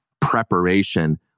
preparation